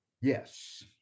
Yes